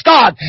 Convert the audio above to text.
God